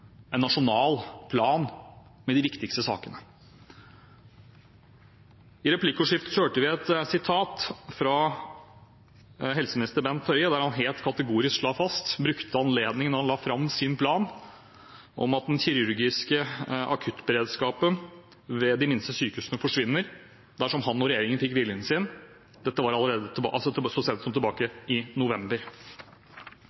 en nasjonal plan med de viktigste sakene. I replikkordskiftet nå hørte vi et sitat fra helseminister Bent Høie der han helt kategorisk slo fast, og brukte anledningen da han la fram sin plan, at den kirurgiske akuttberedskapen ved de minste sykehusene forsvinner dersom han og regjeringen får viljen sin. Dette var